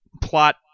plot